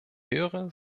höre